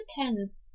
depends